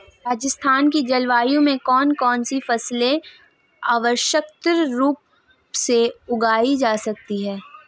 राजस्थान की जलवायु में कौन कौनसी फसलें सर्वोत्तम रूप से उगाई जा सकती हैं?